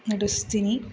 ನಡೆಸ್ತೀನಿ